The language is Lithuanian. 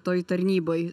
toj tarnyboj